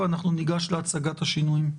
וניגש להצגת השינויים.